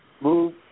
move